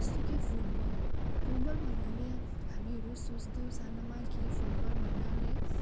जस्तो कि football football भन्नाले हामीहरू सोच्थ्यौँ सानामा कि फुटबल भन्नाले